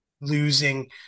losing